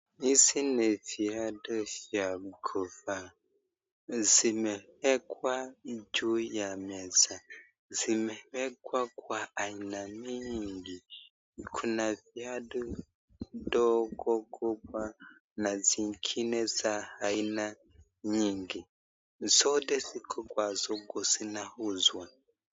Hizi ni viatu vya kuvaa, zimeekwa juu ya meza. Zimeekwa kwa aina mingi. Kuna viatu ndogo, kubwa na zingine za aina nyingi. Zote ziko kwa soko zinauzwa.